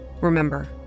Remember